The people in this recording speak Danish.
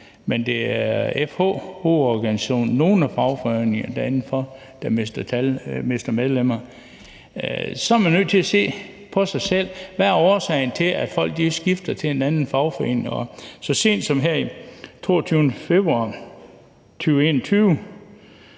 Men det er FH, hovedorganisationen, og nogle af fagforeningerne derindenfor, der mister medlemmer. Så er man nødt til at se på sig selv: Hvad er årsagen til, at folk skifter til en anden fagforening? Og så sent som her den 22. februar 2021